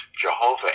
Jehovah